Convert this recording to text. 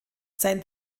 sein